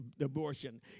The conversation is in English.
abortion